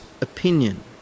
opinion